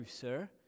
sir